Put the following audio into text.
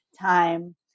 time